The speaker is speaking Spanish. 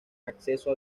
acceso